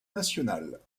nationale